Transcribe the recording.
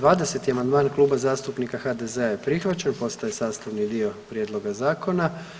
20. amandman Kluba zastupnika HDZ-a je prihvaćen, postaje sastavni dio prijedloga zakona.